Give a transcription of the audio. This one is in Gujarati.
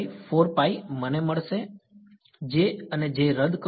તેથી મને મળશે j અને j રદ કરો